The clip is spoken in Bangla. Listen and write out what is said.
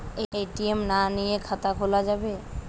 এ.টি.এম না নিয়ে খাতা খোলা যাবে?